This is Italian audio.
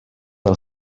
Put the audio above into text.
del